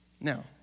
Now